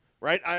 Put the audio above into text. right